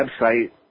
website